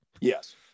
Yes